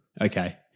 okay